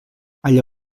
allà